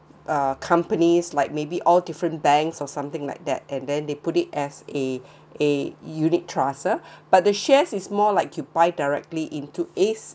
uh companies like maybe all different banks or something like that and then they put it as eh eh unit trusts but the shares is more like you buy directly into a